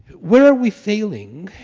where are we failing?